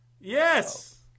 Yes